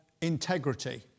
integrity